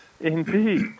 Indeed